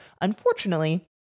unfortunately